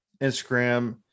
Instagram